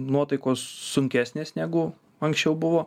nuotaikos sunkesnės negu anksčiau buvo